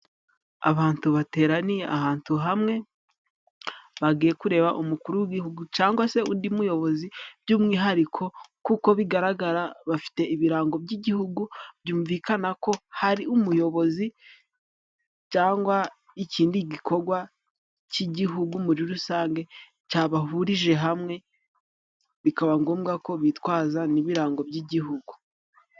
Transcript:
Abantu bateraniye ahantu hamwe bagiye kureba umukuru w'Igihugu cangwa se undi muyobozi by'umwihariko kuko bigaragara bafite ibirango by'Igihugu, byumvikana ko hari umuyobozi cyangwa ikindi gikogwa cy'Igihugu muri rusange cyabahurije hamwe, bikaba ngombwa ko bitwaza n'ibirango by'Igihugu.